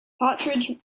partridge